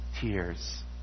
tears